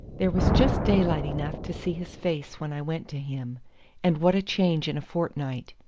there was just daylight enough to see his face when i went to him and what a change in a fortnight!